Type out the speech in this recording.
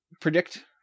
predict